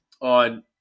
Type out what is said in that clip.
on